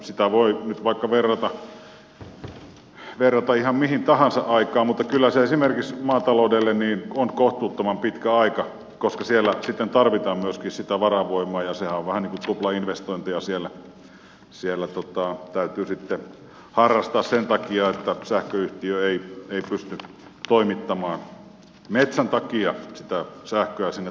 sitä voi nyt vaikka verrata ihan mihin tahansa aikaan mutta kyllä se esimerkiksi maataloudelle on kohtuuttoman pitkä aika koska siellä sitten tarvitaan myöskin sitä varavoimaa ja siellä vähän niin kuin tuplainvestointia täytyy sitten harrastaa sen takia että sähköyhtiö ei pysty toimittamaan metsän takia sitä sähköä sinne turvallisesti koko ajan